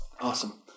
Awesome